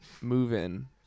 move-in